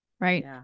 right